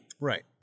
Right